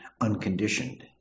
unconditioned